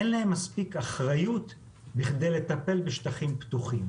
אין להם מספיק אחריות בכדי לטפל בשטחים פתוחים,